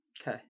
Okay